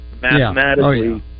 Mathematically